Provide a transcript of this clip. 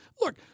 Look